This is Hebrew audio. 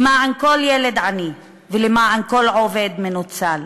למען כל ילד עני ולמען כל עובד מנוצל,